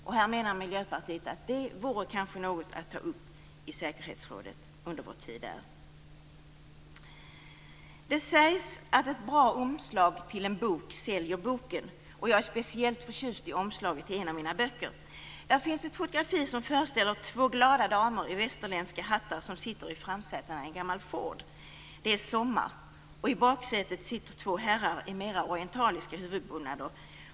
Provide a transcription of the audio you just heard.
Miljöpartiet anser att detta vore någonting att ta upp i säkerhetsrådet under vår ordförandeperiod där. Det sägs att ett bra omslag till en bok säljer boken. Jag är speciellt förtjust i omslaget till en av de böcker som jag har i min ägo. Där finns ett fotografi som föreställer två glada damer i västerländska hattar som sitter i framsätet i en gammal Ford. Det är sommar. I baksätet sitter två herrar i mera orientaliska huvudbonader.